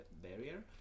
barrier